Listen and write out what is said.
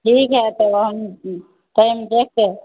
ठीक है तो हम टाइम देकर